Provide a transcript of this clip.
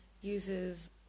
uses